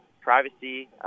privacy